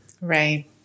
Right